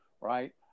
right